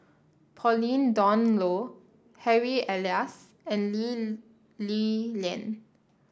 Pauline Dawn Loh Harry Elias and Lee Li Lian